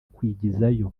kwigizayo